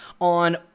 on